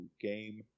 game